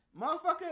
motherfucker